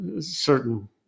certain